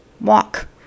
Walk